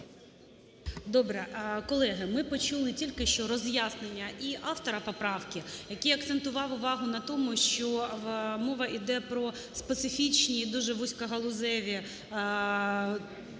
Добре. Колеги, ми почули тільки що роз'яснення і автора поправки, який акцентував увагу на тому, що мова йде про специфічні і дуже вузькогалузеві об'єкти